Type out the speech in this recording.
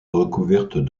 recouverte